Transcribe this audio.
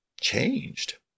changed